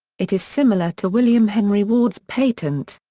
it is similar to william henry ward's patent.